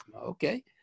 Okay